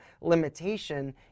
limitation